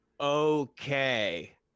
Okay